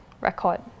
record